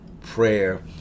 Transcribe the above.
prayer